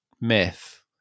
myth